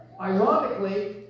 Ironically